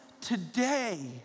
today